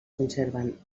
conserven